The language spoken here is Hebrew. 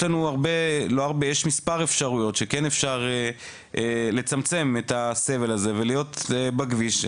יש לנו מספר אפשרויות שכן אפשר לצמצם את הסבל הזה ולהיות בכביש,